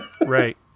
Right